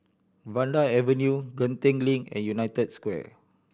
Vanda Avenue Genting Link and United Square